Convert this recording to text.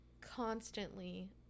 constantly